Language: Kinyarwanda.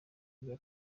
rya